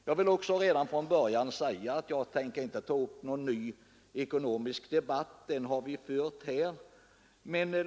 Jag vill från början säga att jag inte tänker ta upp någon ny ekonomisk debatt — en sådan har vi redan tidigare fört här.